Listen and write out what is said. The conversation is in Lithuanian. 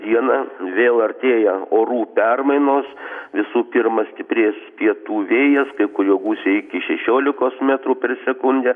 dieną vėl artėja orų permainos visų pirma stiprės pietų vėjas kurio gūsiai iki šešiolikos metrų per sekundę